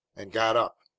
and got up.